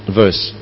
verse